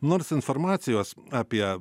nors informacijos apie